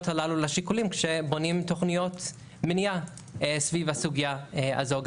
הללו לשיקולים כשבונים תוכניות מניעה סביב הסוגיה הזו.